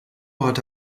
hatte